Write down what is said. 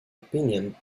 opinion